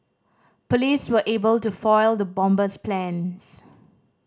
police were able to foil the bomber's plans